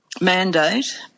mandate